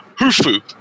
Hufu